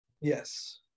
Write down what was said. Yes